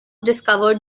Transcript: discovered